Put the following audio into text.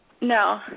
No